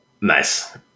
Nice